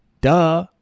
duh